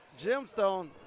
Gemstone